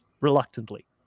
reluctantly